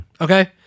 Okay